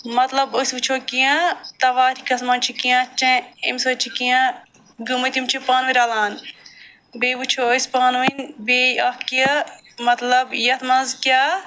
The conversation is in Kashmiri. مطلب أسۍ وٕچھو کیٚنٛہہ تواریٖخس منٛز چھِ کیٚنٛہہ چے اَمہِ سۭتۍ کیٚنٛہہ گٔمٕتۍ یِم چھِ پانہٕ ؤنۍ رلان بیٚیہِ وٕچھو أسۍ پانہٕ ؤنۍ بیٚیہِ اکھ کہِ مطلب یَتھ منٛز کیٛاہ